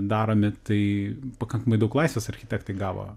daromi tai pakankamai daug laisvės architektai gavo